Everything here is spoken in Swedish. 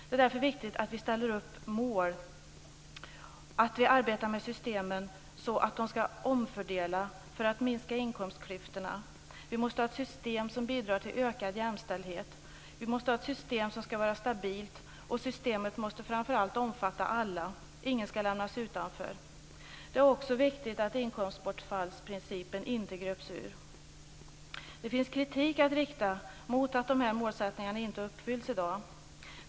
Det är därför viktigt att ställa upp mål, och att arbeta med systemen så att de omfördelar resurser och minskar inkomstklyftorna. Vi måste ha ett system som bidrar till ökad jämställdhet. Vi måste ha ett system som är stabilt, och ett system som framför allt omfattar alla. Ingen skall lämnas utanför. Det är också viktigt att inkomstbortfallsprincipen inte gröps ur. Det finns kritik att rikta mot att de här målsättningarna inte uppfylls i dag.